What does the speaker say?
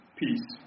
peace